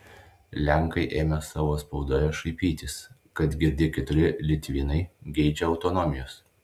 lenkai ėmė savo spaudoje šaipytis kad girdi keturi litvinai geidžia autonomijos